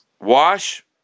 wash